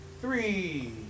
three